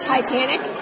Titanic